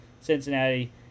Cincinnati